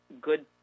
good